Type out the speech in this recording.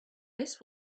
this